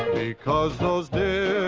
because those dear